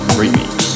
remix